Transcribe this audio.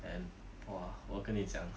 and !wah! 我跟你讲